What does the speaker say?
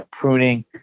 Pruning